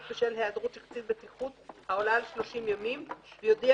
בשל היעדרות של קצין הבטיחות העולה על 30 ימים ויודיע